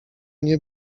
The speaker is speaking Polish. nie